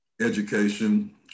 education